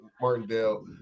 martindale